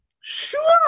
Sure